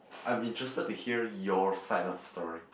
I'm interested to hear your side of story